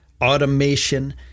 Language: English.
automation